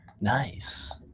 Nice